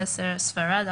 ספרד,